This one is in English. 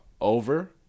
over